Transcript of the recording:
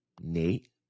Nate